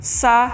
sa